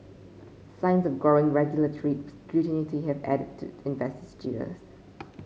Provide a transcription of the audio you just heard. signs of growing regulatory scrutiny have added to investor jitters